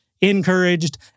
encouraged